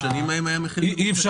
בשנים ההן היה מחיר למשתכן.